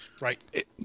Right